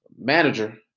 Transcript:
manager